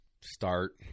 start